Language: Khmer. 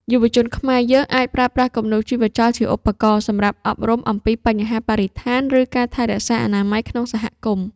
យុវជនខ្មែរយើងអាចប្រើប្រាស់គំនូរជីវចលជាឧបករណ៍សម្រាប់អប់រំអំពីបញ្ហាបរិស្ថាន ឬ ការថែរក្សាអនាម័យក្នុងសហគមន៍។